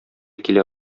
килә